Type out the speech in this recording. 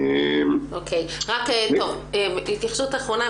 התייחסות אחרונה,